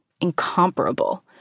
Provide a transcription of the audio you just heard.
incomparable